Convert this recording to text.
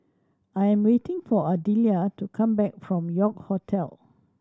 I am waiting for Ardelia to come back from York Hotel